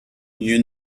you